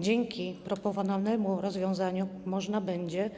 Dzięki proponowanemu rozwiązaniu można będzie